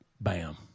Bam